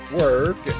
work